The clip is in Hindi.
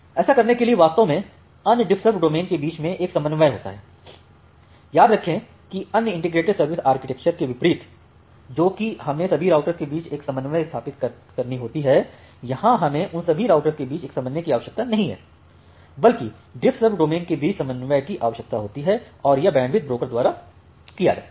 ऐसा करने के लिए वास्तव में अन्य डिफ्फसर्व डोमेन के बीच में एक समन्वय होता है याद रखें कि अन्य इंटीग्रेटेड सर्विस आर्किटेक्चर के विपरीत जो की हमें सभी राउटरके बीच एक समन्वय स्थापित करनी होती थी यहां हमें उन सभी राउटरके बीच एक समन्वय की आवश्यकता नहीं हैबल्कि डिफ्फसर्व डोमेन के बीच समन्वय की आवश्यकता होती है और यह बैंडविड्थ ब्रोकर द्वारा किया जाता है